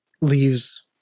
leaves